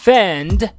Fend